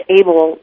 able